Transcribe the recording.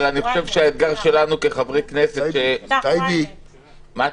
יעקב, כולם בעד, מה אתה מגייס?